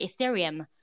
Ethereum